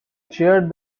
chaired